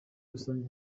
rusange